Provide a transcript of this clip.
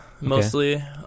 mostly